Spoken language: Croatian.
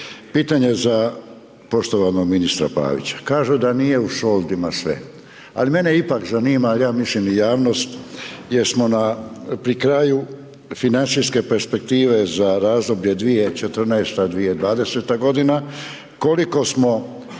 pitanje za poštovanog ministra Pavića, kažu da nije u šoldima sve, al mene ipak zanima, al ja mislim i javnost jesmo na, pri kraju financijske perspektive za razdoblje 2014.-2020.g., koliko smo